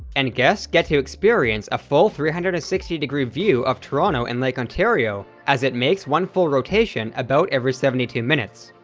and guests get to experience a full three hundred and sixty degree view of toronto and lake ontario as it makes one full rotation about every seventy two minutes.